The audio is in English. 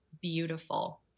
beautiful